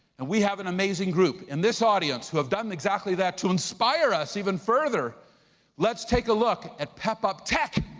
and we have an amazing group. and this audience who have done exactly that to inspire us even further let's take a look at pepup tech.